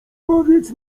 powiedz